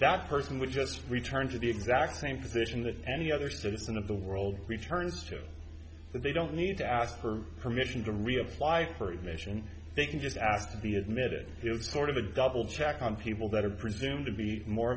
that person would just return to the exact same position that any other citizen of the world returns to that they don't need to ask her permission to reapply for admission they can just ask to be admitted to sort of a double check on people that are presumed to be more